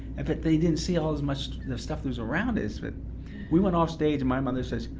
but they didn't see ah as much the stuff that was around us. but we went off stage and my mother says,